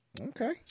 Okay